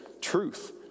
truth